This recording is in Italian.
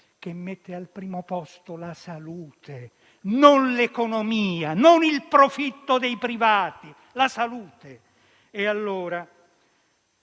che mette al primo posto la salute, non l'economia, né il profitto dei privati, ma la salute. Non